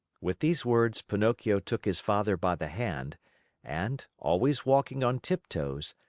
with these words pinocchio took his father by the hand and, always walking on tiptoes,